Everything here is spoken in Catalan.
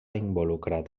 involucrat